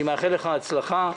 אני מאחל לך הצלחה.